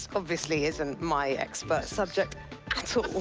obviously, isn't my expert subject